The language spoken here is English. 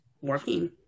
working